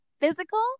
physical